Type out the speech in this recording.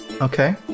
Okay